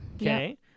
okay